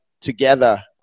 together